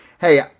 hey